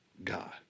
God